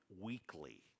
weekly